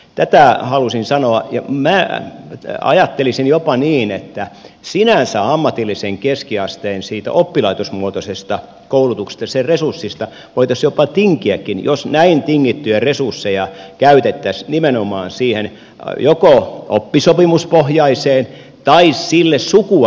tätä halusin sanoa ja minä ajattelisin jopa niin että sinänsä siitä ammatillisen keskiasteen oppilaitosmuotoisesta koulutuksesta ja sen resursseista voitaisiin jopa tinkiäkin jos näin tingittyjä resursseja käytettäisiin nimenomaan joko oppisopimuspohjaiseen tai sille sukua olevaan